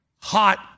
hot